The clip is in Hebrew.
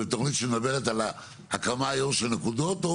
ותוכנית שמדברת על ההקמה היום של נקודות או